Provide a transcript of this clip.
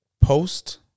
post